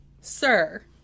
Sir